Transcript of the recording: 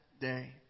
day